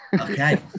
Okay